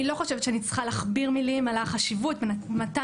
אני לא חושבת שאני צריכה להכביר מילים על החשיבות במתן